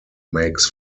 makes